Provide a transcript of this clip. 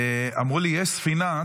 אמרו לי שיש ספינה,